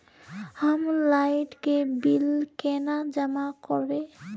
हम लाइट के बिल केना जमा करबे?